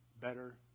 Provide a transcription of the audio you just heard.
better